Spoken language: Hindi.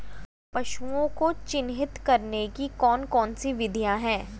पशुओं को चिन्हित करने की कौन कौन सी विधियां हैं?